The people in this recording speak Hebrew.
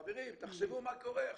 חברים, תחשבו מה קורה עכשיו.